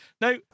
Now